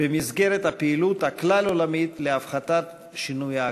במסגרת הפעילות הכלל-עולמית להפחתת שינוי האקלים.